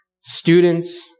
Students